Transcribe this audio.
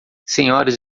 senhoras